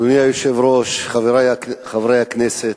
אדוני היושב-ראש, חברי חברי הכנסת,